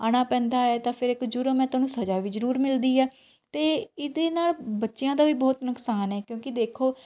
ਆਉਣਾ ਪੈਂਦਾ ਤਾਂ ਫਿਰ ਇੱਕ ਜੁਰਮ ਹੈ ਤਾਂ ਉਹਨੂੰ ਸਜ਼ਾ ਵੀ ਜ਼ਰੂਰ ਮਿਲਦੀ ਹੈ ਅਤੇ ਇਹਦੇ ਨਾਲ ਬੱਚਿਆਂ ਦਾ ਵੀ ਬਹੁਤ ਨੁਕਸਾਨ ਹੈ ਕਿਉਂਕਿ ਦੇਖੋ